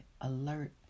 alert